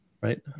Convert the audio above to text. Right